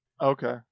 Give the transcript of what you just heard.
Okay